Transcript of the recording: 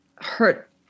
hurt